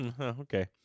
okay